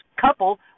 couple